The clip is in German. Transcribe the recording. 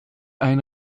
ein